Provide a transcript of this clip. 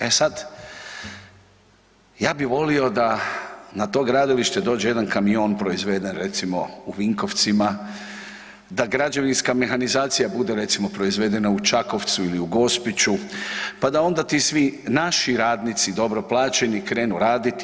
E sada, ja bih volio da na to gradilište dođe jedan kamion proizveden recimo u Vinkovcima, da građevinska mehanizacija bude recimo proizvedena u Čakovcu ili u Gospiću, pa da onda ti svi naši radnici dobro plaćeni krenu raditi.